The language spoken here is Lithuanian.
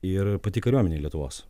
ir pati kariuomenė lietuvos